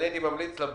אני הייתי ממליץ לה,